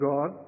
God